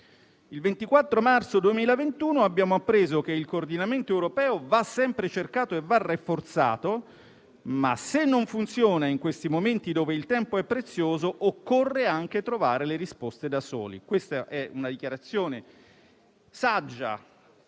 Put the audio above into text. Il 24 marzo 2021 abbiamo appreso che: «il coordinamento europeo va sempre cercato e va rafforzato, ma se non funziona in questi momenti dove il tempo è prezioso, occorre anche trovare le risposte da soli». Questa è una dichiarazione saggia,